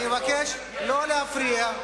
אני אבקש לא להפריע.